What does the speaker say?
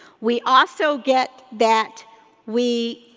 we also get that we